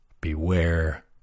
Beware